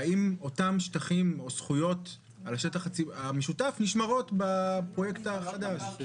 והאם אותם שטחים או זכויות על השטח המשותף נשמרות בפרויקט החדש?